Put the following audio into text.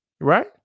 right